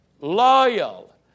loyal